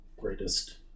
greatest